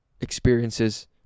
experiences